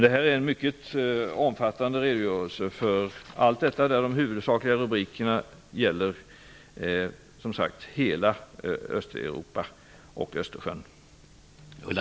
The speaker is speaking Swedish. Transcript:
Det här är en mycket omfattande redogörelse, och de huvudsakliga rubrikerna rör som sagt hela